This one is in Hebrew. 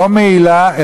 לא מעילה,